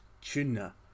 tuna